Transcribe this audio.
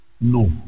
No